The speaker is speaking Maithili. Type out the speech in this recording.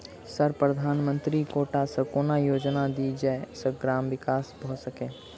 सर प्रधानमंत्री कोटा सऽ कोनो योजना दिय जै सऽ ग्रामक विकास भऽ सकै?